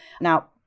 Now